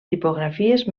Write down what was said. tipografies